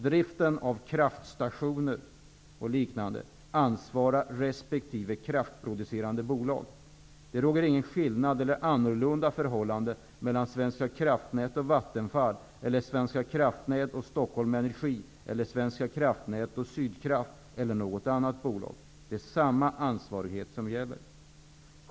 Driften av kraftstationer och liknande ansvarar resp. kraftproducerande bolag för. Det är ingen skillnad mellan Svenska kraftnät och Vattenfall, mellan Svenska kraftnät och Stockholm energi eller mellan Svenska kraftnät och Sydkraft eller något annat bolag. Det är samma ansvar som gäller.